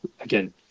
again